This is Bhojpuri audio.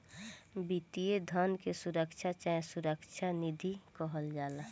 वित्तीय धन के सुरक्षा चाहे सुरक्षा निधि कहल जाला